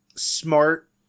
smart